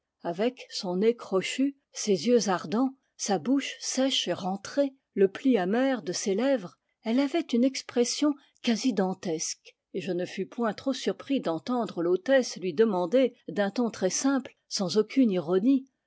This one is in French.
avec son nez crochu ses yeux ardents sa bouche sèche et rentrée le pli amer de ses lèvres elle avait une expression quasi dantesque et je ne fus point trop surpris d'entendre l'hôtesse lui demander d un ton très simple sans aucune ironie